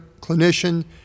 clinician